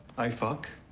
i fuck,